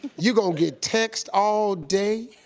you gone get texts all day,